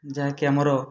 ଯାହାକି ଆମର